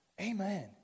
Amen